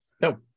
No